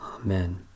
Amen